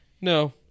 No